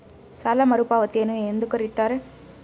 ಸಾಲ ಮರುಪಾವತಿಯನ್ನು ಏನೆಂದು ಕರೆಯುತ್ತಾರೆ?